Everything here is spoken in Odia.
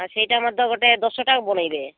ଆଉ ସେଇଟା ମଧ୍ୟ ଗୋଟେ ଦଶଟା ବନେଇବେ